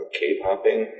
cave-hopping